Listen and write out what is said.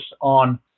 on